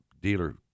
dealer